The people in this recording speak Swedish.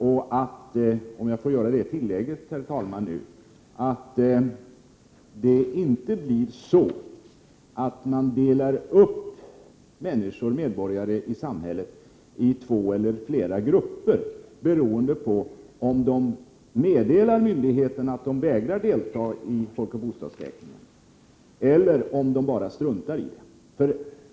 Jag har också försökt att medverka till att medborgare i samhället inte blir uppdelade i två eller flera grupper beroende på om de meddelar myndigheterna att de vägrar att delta i folkoch bostadsräkningen eller om de bara struntar i det.